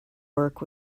work